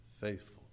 faithful